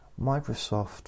Microsoft